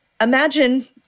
imagine